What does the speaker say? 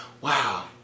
wow